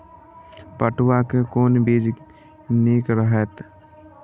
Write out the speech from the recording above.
पटुआ के कोन बीज निक रहैत?